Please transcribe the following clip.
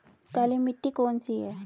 काली मिट्टी कौन सी है?